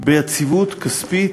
ביציבות כספית,